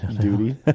duty